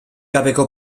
gabeko